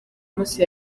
munsi